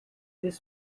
this